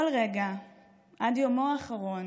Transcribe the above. כל רגע עד יומו האחרון